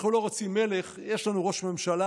אנחנו לא רוצים מלך, יש לנו ראש ממשלה,